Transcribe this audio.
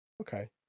Okay